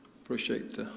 appreciate